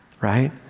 right